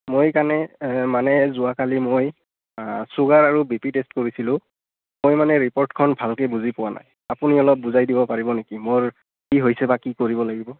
মই কানে মানে যোৱাকালি মই চুগাৰ আৰু বি পি টেষ্ট কৰিছিলোঁ মই মানে ৰিপৰ্টখন ভালকৈ বুজি পোৱা নাই আপুনি অলপ বুজাই দিব পাৰিব নেকি মোৰ কি হৈছে বা কি কৰিব লাগিব